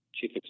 chief